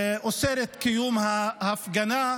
אוסרת את קיום ההפגנה.